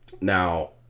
Now